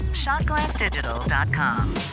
ShotGlassDigital.com